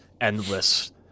endless